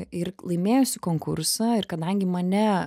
ir laimėjusi konkursą ir kadangi mane